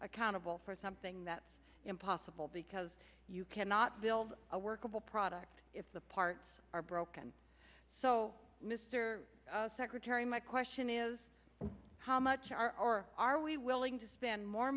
accountable for something that's impossible because you cannot build a workable product if the parts are broken so mr secretary my question is how much are are we willing to spend more